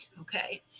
Okay